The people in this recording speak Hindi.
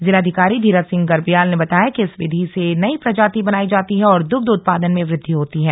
जिलाधिकारी धीराज सिंह गर्बयाल ने बताया कि इस विधि से नई प्रजाति बनाई जाति है और दुग्ध उत्पादन में वृद्धि होती है